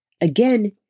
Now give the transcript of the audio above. Again